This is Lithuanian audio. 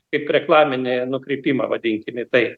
kaip reklaminį nukreipimą vadinkim jį taip